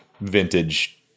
vintage